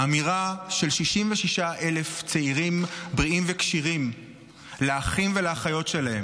האמירה של 66,000 צעירים בריאים וכשירים לאחים ולאחיות שלהם,